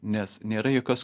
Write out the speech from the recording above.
nes nėra jokios